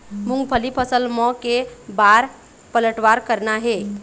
मूंगफली फसल म के बार पलटवार करना हे?